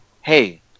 hey